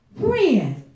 Friend